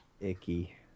Icky